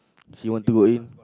she want to walk in